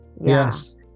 Yes